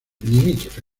limítrofe